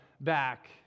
back